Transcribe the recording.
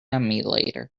emulator